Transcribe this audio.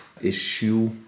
issue